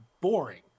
boring